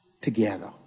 together